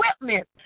equipment